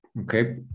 Okay